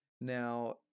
Now